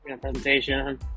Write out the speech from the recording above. presentation